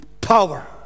power